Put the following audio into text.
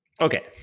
okay